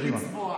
קדימה.